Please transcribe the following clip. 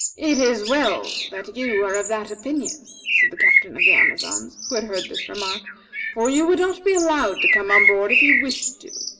it is well that you are of that opinion, said the captain of the amazons, who had heard this remark for you would not be allowed to come on board if you wished to.